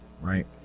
Right